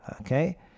Okay